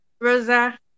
Rosa